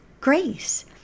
grace